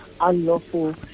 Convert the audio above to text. unlawful